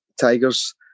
Tigers